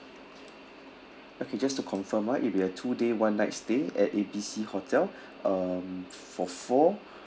okay just to confirm ah it'll be a two day one night stay at A B C hotel um for four